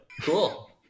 Cool